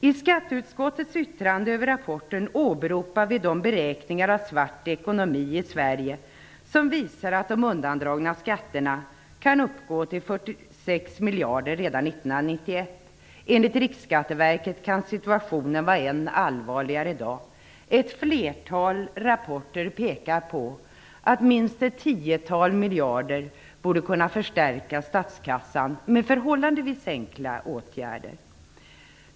I skatteutskottets yttrande över rapporten åberopar vi de beräkningar av svart ekonomi i Sverige som visar att de undandragna skatterna beräknas uppgå till 46 miljarder redan 1991. Enligt Riksskatteverket kan situationen vara än allvarligare i dag. Ett flertal rapporter pekar på att minst ett tiotal miljarder kronor borde kunna förstärka statskassan med förhållandevis enkla åtgärder.